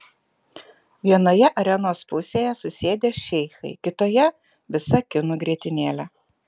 vienoje arenos pusėje susėdę šeichai kitoje visa kinų grietinėlė